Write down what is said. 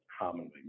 commonly